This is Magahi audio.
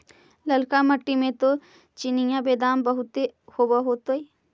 ललका मिट्टी मे तो चिनिआबेदमां बहुते होब होतय?